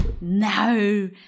No